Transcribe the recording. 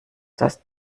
das